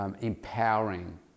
empowering